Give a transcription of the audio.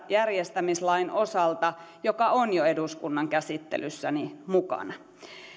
järjestämislain osalta joka on jo eduskunnan käsittelyssä mukana